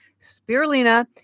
Spirulina